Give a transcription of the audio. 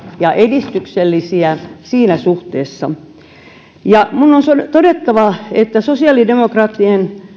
ja edistyksellisiä siinä suhteessa minun on on todettava että sosiaalidemokraattien